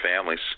families